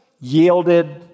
Yielded